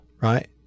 Right